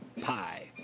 pie